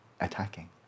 attacking